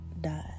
died